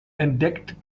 entdeckt